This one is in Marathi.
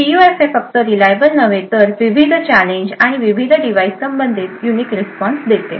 पीयूएफ फक्त रिलायबल नव्हे तर विविध चॅलेंजेस आणि विविध डिव्हायसेस संबंधित युनिक रिस्पॉन्स देतो